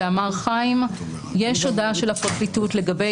ואמר חיים שיש הודעה של הפרקליטות לגבי